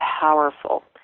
powerful